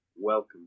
Welcome